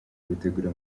gutegura